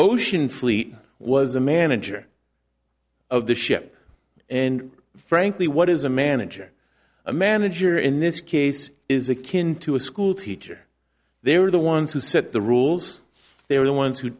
ocean fleet was a manager of the ship and frankly what is a manager a manager in this case is akin to a schoolteacher they were the ones who set the rules they were the ones who